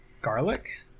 Garlic